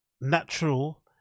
natural